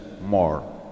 more